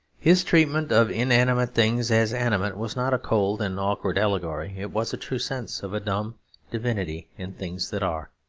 his treatment of inanimate things as animate was not a cold and awkward allegory it was a true sense of a dumb divinity in things that are.